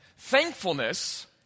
Thankfulness